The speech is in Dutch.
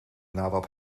nadat